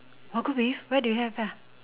hawker V where did you have there